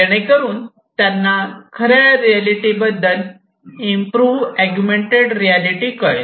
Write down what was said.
जेणेकरून त्यांना खऱ्या रियालिटी बद्दल इम्प्रू अगुमेन्टेड रियालिटी कळेल